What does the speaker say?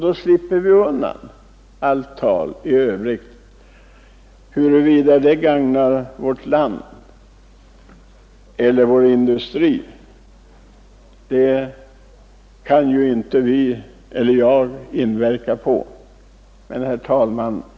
Då slipper vi undan allt tal om hur mycket denna professur skulle gagna vårt land och vår industri utan att vi ändå kan inverka på frågans lösning. Herr talman!